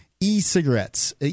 E-cigarettes